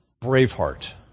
Braveheart